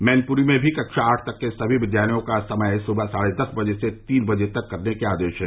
मैनपुरी में भी कक्षा आठ तक के सभी विद्यालयों का समय सुबह साढ़े दस बजे से तीन बजे तक करने के आदेश हैं